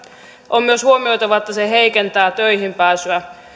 on myös huomioitava että tämä heikentää töihin pääsyä